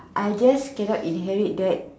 I just cannot inherit that